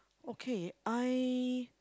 okay I